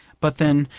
but then,